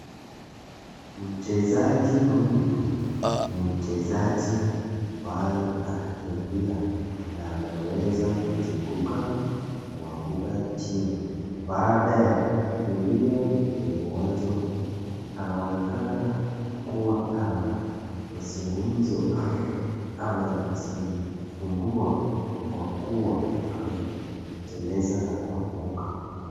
Mchezaji aliunia baad a ya kucheza katika uwanja